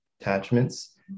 attachments